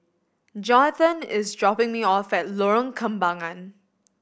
Johathan is dropping me off at Lorong Kembagan